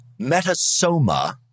metasoma